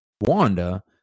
Wanda